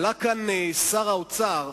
קודם עלה לכאן שר האוצר,